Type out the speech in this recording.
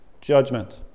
judgment